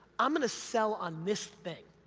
i'm gonna sell on this thing.